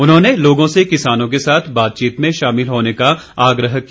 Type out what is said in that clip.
उन्होंने लोगों से किसानों के साथ बातचीत में शामिल होने का आग्रह किया